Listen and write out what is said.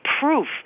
proof